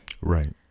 Right